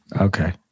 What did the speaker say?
Okay